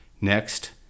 next